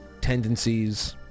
tendencies